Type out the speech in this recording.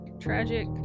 tragic